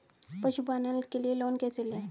पशुपालन के लिए लोन कैसे लें?